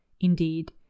Indeed